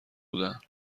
بودن